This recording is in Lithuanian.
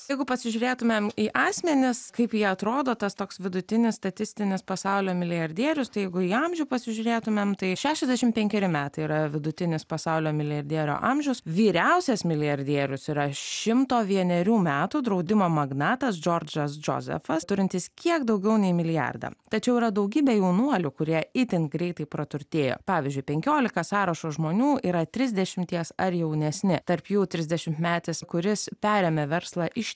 jeigu pasižiūrėtumėm į asmenis kaip jie atrodo tas toks vidutinis statistinis pasaulio milijardierius tai jeigu į amžių pasižiūrėtumėm tai šešiasdešim penkeri metai yra vidutinis pasaulio milijardierio amžius vyriausias milijardierius yra šimto vienerių metų draudimo magnatas džordžas džozefas turintis kiek daugiau nei milijardą tačiau yra daugybė jaunuolių kurie itin greitai praturtėjo pavyzdžiui penkiolika sąrašo žmonių yra trisdešimties ar jaunesni tarp jų trisdešimtmetis kuris perėmė verslą iš